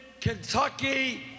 Kentucky